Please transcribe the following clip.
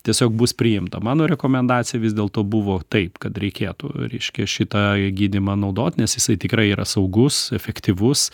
tiesiog bus priimta mano rekomendacija vis dėlto buvo taip kad reikėtų reiškia šitą gydymą naudot nes jisai tikrai yra saugus efektyvus